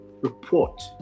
report